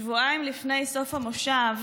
שבועיים לפני סוף המושב